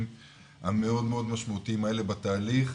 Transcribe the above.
המאוד מאוד משמעותיים האלה בתהליך,